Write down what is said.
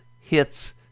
hits